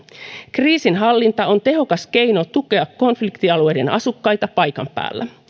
kriisinhallinta on tehokas keino tukea konfliktialueiden asukkaita paikan päällä